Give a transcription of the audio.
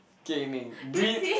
gaming breed